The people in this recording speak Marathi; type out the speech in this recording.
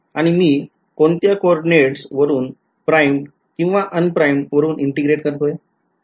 आणि मी कोणत्या कोऑर्डिनेट्स वरून primed or unprimed वरून integrate करतोय